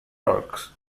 turks